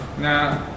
Nah